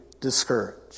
discouraged